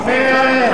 אמן.